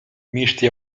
misti